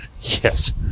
Yes